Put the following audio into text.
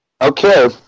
Okay